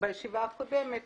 בישיבה הקודמת,